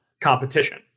competition